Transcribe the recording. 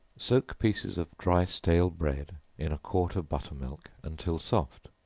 soak pieces of dry stale bread in a quart of butter-milk, until soft,